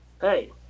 Hey